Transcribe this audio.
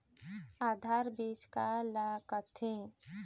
आधार बीज का ला कथें?